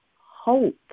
hope